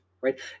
right